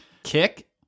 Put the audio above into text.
Kick